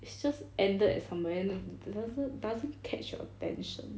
it's just ended at somewhere it doesn't catch your attention